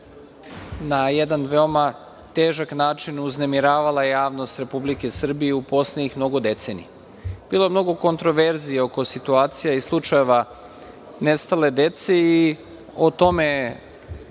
na jedan veoma težak način uznemiravala javnost Republike Srbije u poslednjih mnogo decenija. Bilo je mnogo kontroverzija oko situacija i slučajeva nestale dece i o tome